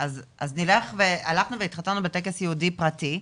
אז נלך והלכנו והתחתנו בטקס יהודי פרטי,